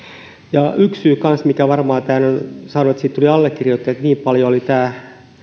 kanssa yksi syy mikä varmaan tämän on saanut aikaan että tuli allekirjoittajia niin paljon oli